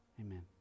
Amen